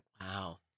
Wow